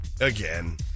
again